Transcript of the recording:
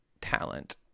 talent